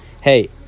hey